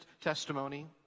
testimony